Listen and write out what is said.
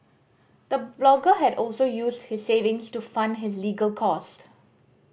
the blogger had also used his savings to fund his legal cost